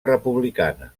republicana